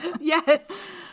Yes